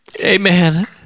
amen